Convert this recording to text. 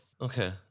Okay